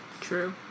true